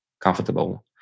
comfortable